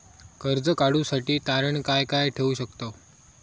कर्ज काढूसाठी तारण काय काय ठेवू शकतव?